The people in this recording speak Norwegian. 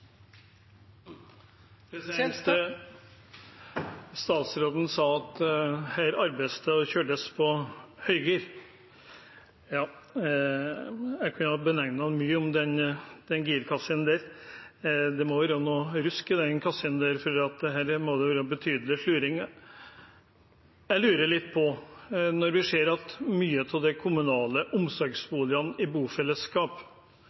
Statsråden sa at her arbeides det og kjøres på høygir. Ja, jeg kunne ha nevnt mye om den girkassa – det må være noe rusk i den, for her må det være betydelig sluring. I mange av de kommunale omsorgsboligene i bofellesskap blir strømmen stort sett stipulert. Mange av